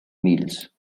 meals